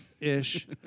Ish